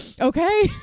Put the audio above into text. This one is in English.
okay